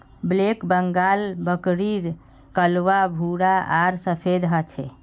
black Bengal बकरीर कलवा भूरा आर सफेद ह छे